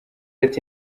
ati